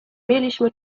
mieliśmy